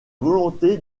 volonté